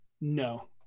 No